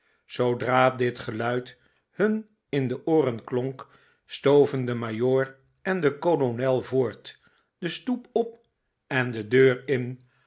zoodra dit geluid hun in de ooren klonk stoven de majoor en de kolonel voort de stoep op en de deur in